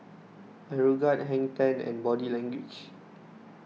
Aeroguard Hang ten and Body Language